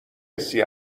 حسی